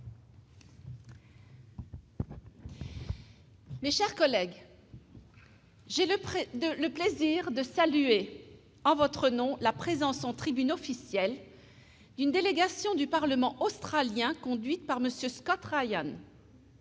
Mes chers collègues, j'ai le plaisir de saluer en votre nom la présence en tribune officielle d'une délégation du Parlement australien conduite par M. Scott Ryan.